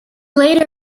later